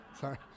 Sorry